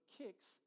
kicks